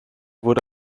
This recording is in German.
wurde